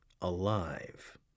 alive